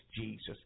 jesus